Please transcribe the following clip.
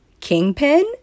Kingpin